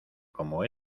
como